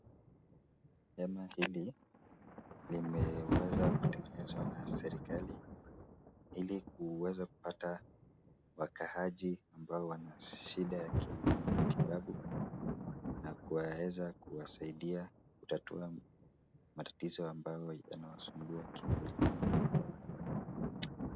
Hema hili limeweza kutengenezwa na serikali ili kuweza kupata wakaaji ammbao wana shida ya kimatibabu na kuweza kuwasaidia kutatua matatizo ambayo yanawasumbua kimwili.